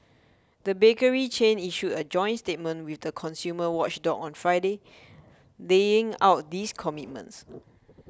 the bakery chain issued a joint statement with the consumer watchdog on Friday laying out these commitments